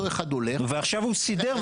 אותו אחד הולך --- ועכשיו הוא סידר,